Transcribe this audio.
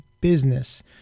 business